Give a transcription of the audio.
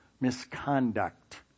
misconduct